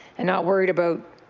and not worried about